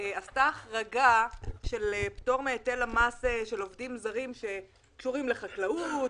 עשתה החרגה של פטור מהיטל המס של עובדים זרים שקשורים לחקלאות,